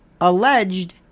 Alleged